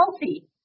healthy